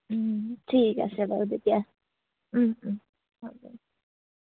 ঠিক আছে বাৰু তেতিয়া ও ও